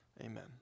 Amen